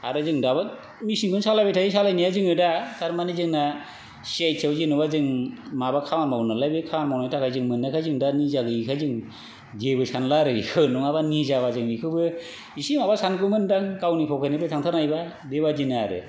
आरो जों दाबो मिशिनखौनो सालायबाय थायो सालायनाया जोङो दा थारमानि जोंना सि आइ टियाव जेनोबा जों माबा खामानि मावो मोन नालाय बे खामानि मावनायनि थाखाय जों मोननायखाय जों दा निजा गैयैखाय जों जेबो सानला आरो बिखौ नङाबा निजाबा जों बेखौबो एसे माबा सानगौमोन दां गावनि पकेटनिफ्राय थांथारनायबा बेबायदिनो आरो